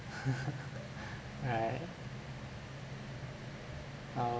right oh